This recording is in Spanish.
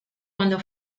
cuando